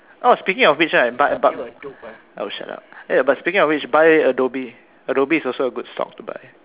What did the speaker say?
oh speaking of which right but but oh shut up oh speaking of which buy Adobe Adobe is also a good stock to buy